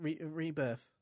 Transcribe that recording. Rebirth